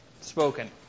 spoken